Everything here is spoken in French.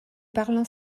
parlant